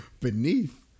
beneath